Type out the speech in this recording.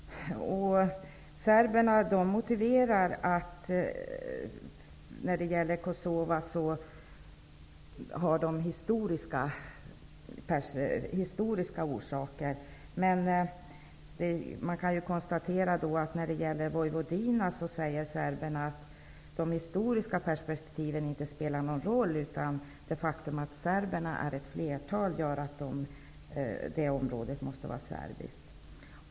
Serberna motiverar sitt agerande när det gäller Kosova med att det finns historiska orsaker. Men när det gäller Vojvodina kan man ju konstatera att serberna säger att de historiska perspektiven inte spelar någon roll. Utan det faktum att serberna är flera gör att det området måste vara serbiskt.